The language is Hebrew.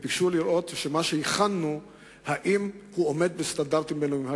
וביקשו לראות אם מה שהכנו עומד בסטנדרטים בין-לאומיים.